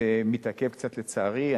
זה מתעכב קצת, לצערי.